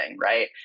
right